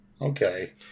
Okay